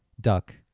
duck